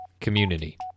community